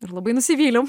ir labai nusivyliau